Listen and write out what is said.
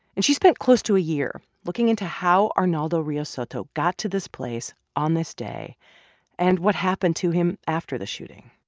and she spent close to a year looking into how arnaldo rios soto got to this place on this day day and what happened to him after the shooting.